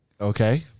Okay